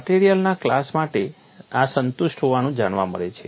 મટેરીઅલના class માટે આ સંતુષ્ટ હોવાનું જાણવા મળે છે